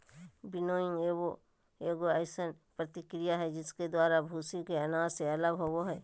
winnowing एगो अइसन प्रक्रिया हइ जिसके द्वारा भूसी को अनाज से अलग होबो हइ